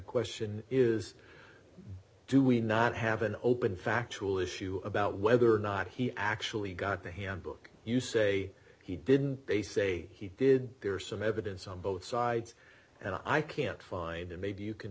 question is do we not have an open factual issue about whether or not he actually got the handbook you say he didn't they say he did there are some evidence on both sides and i can't find it maybe you can